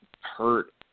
hurt